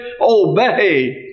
Obey